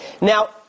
Now